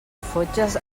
fotges